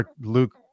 Luke